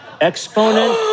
exponent